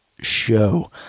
show